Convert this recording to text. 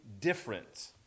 Different